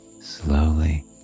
Slowly